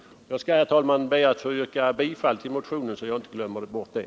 Jag skall, herr talman, be att få yrka bifall till motionen så att jag inte glömmer bort det.